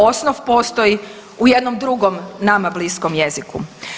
Osnov postoji u jednom drugom nama bliskom jeziku.